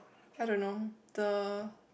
I don't know the